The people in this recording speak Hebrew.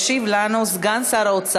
התורה נותנת לנו את הבסיס לניהול חיי מסחר,